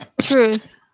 Truth